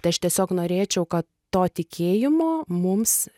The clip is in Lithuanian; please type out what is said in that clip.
tai aš tiesiog norėčiau kad to tikėjimo mums